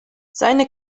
seine